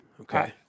Okay